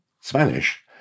Spanish